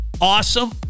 awesome